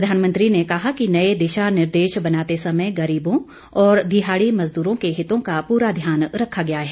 प्रधानमंत्री ने कहा कि नये दिशा निर्देश बनाते समय गरीबों और दिहाड़ी मजदूरों के हितों का पूरा ध्यान रखा गया है